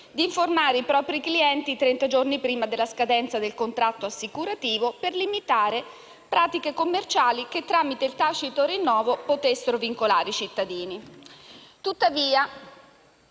di informare i propri clienti trenta giorni prima della scadenza del contratto assicurativo per limitare pratiche commerciali che, tramite il tacito rinnovo, potessero vincolare i cittadini.